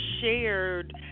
shared